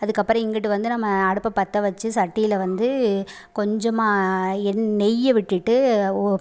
அதுக்கப்புறம் இங்குட்டு வந்து நம்ம அடுப்பை பற்ற வச்சு சட்டியில் வந்து கொஞ்சமாக எண் நெய்யை விட்டுட்டு ஒ